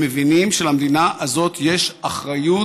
הם מבינים שלמדינה הזאת יש אחריות,